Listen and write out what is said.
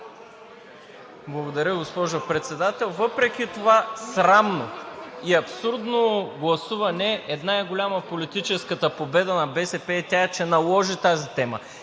Благодаря, госпожо Председател. Въпреки това срамно и абсурдно гласуване, голяма е политическата победа на БСП и тя е, че наложи тази тема